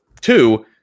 Two